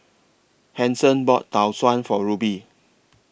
Hanson bought Tau Suan For Rubye